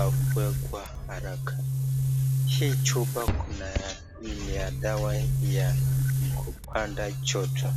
akuwe kwa haraka. Hii chupa ni ya dawa ya kupanda joto. .